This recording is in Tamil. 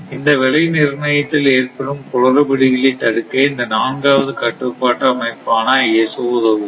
இந்த விலை நிர்ணயத்தில் ஏற்படும் குளறுபடிகளை தடுக்க இந்த நான்காவது கட்டுப்பாட்டு அமைப்பான ISO உதவுகிறது